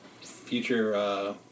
future